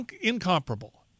Incomparable